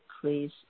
Please